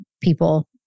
people